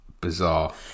bizarre